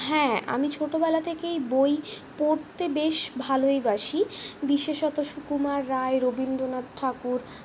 হ্যাঁ আমি ছোটোবেলা থেকেই বই পড়তে বেশ ভালোইবাসি বিশেষত সুকুমার রায় রবীন্দ্রনাথ ঠাকুর